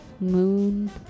moon